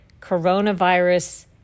coronavirus